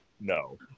No